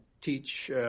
teach